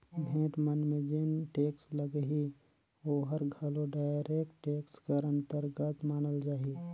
भेंट मन में जेन टेक्स लगही ओहर घलो डायरेक्ट टेक्स कर अंतरगत मानल जाही